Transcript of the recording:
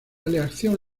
aleación